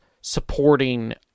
supporting